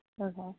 okay